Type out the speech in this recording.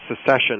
secession